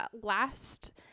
last